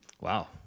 Wow